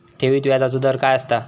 ठेवीत व्याजचो दर काय असता?